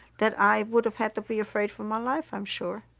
that i would have had to be afraid for my life, i am sure.